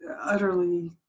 utterly